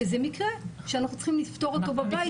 שזה מקרה שאנחנו צריכים לפתור אותו בבית בנזיפה.